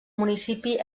municipi